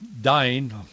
dying